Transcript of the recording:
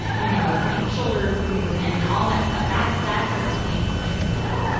you know, like my shoulders and, and all that stuff. that's, that's what the pain was like for me.